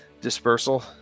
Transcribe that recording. dispersal